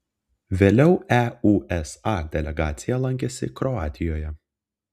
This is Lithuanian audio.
vėliau eusa delegacija lankėsi kroatijoje